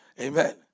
Amen